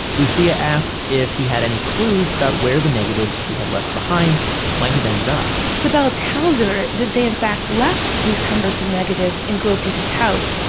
lucia asks if he had any clues about where the negatives she had left behind might have ended up sibyl tells her that they in fact left these cumbersome negatives in gropius's house,